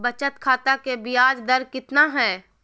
बचत खाता के बियाज दर कितना है?